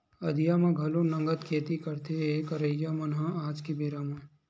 अंधिया म घलो नंगत खेती करथे करइया मन ह आज के बेरा म